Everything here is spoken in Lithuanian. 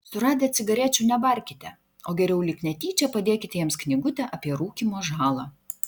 suradę cigarečių nebarkite o geriau lyg netyčia padėkite jiems knygutę apie rūkymo žalą